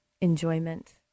enjoyment